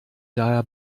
daher